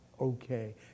okay